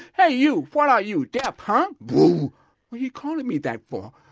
hey you, what are you, deaf huh? what are you calling me that for?